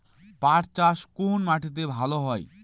পাট চাষ কোন মাটিতে ভালো হয়?